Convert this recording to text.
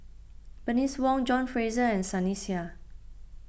Bernice Wong John Fraser and Sunny Sia